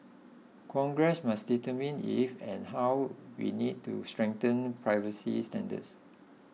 Congress must determine if and how we need to strengthen privacy standards